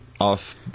off